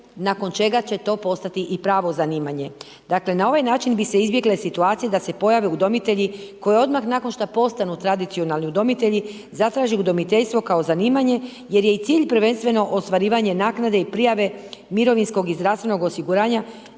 nakon čega će to postati i pravo zanimanje. Dakle, na ovaj način bi se izbjegle situacije da se pojave udomitelji koji odmah nakon što postanu tradicionalni udomitelji, zatraži udomiteljstvo kao zanimanje jer je i cilj prvenstveno ostvarivanje naknade i prijave mirovinskog i zdravstvenog osiguranja